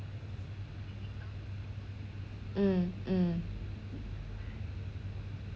mm mm